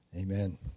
Amen